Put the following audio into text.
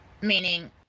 Meaning